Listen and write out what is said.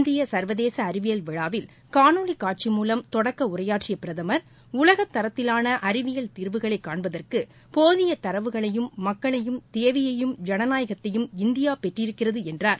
இந்திய சா்வதேச அறிவியல் விழாவில் காணொலி காட்சி மூலம் தொடக்க உரையாற்றிய பிரதமா் உலகத்தரத்திலான அறிவியல் தீர்வுகளை காண்பதற்கு போதிய தரவுகளையும் மக்களையும் தேவையையும் ஜனநாயகத்தையும் இந்தியா பெற்றிருக்கிறது என்றார்